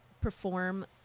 perform